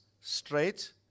straight